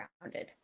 grounded